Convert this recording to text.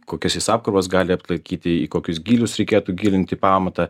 kokias jis apkrovas gali atlaikyti į kokius gylius reikėtų gilinti pamatą